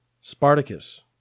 Spartacus